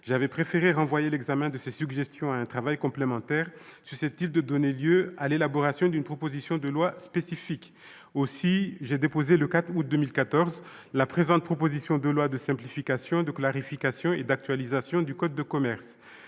j'avais préféré renvoyer l'examen de ces suggestions à un travail complémentaire, susceptible de donner lieu à l'élaboration d'une proposition de loi spécifique. Aussi ai-je déposé, le 4 août 2014, la présente proposition de loi de simplification, de clarification et d'actualisation du code de commerce.